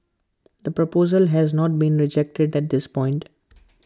the proposal has not been rejected at this point